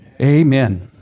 Amen